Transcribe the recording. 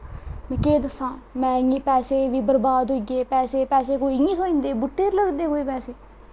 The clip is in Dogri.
केह् दस्सां में इन्ने पैसे बा बर्बाद होईये पैसे कोई इ'यां थ्होई जंदा बूह्टे पर लगदे पैसे कोई